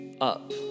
up